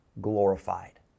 glorified